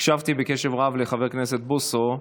הקשבתי בקשב רב לחבר הכנסת בוסו,